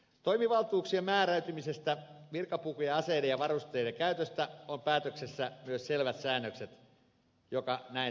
toimivaltuuksien määräytymisestä virkapukujen aseiden ja varusteiden käytöstä on päätöksessä myös selvät säännökset mikä näin